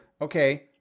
okay